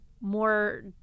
more